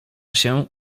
się